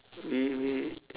we we